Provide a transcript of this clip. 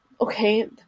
okay